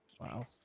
Wow